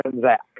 Zach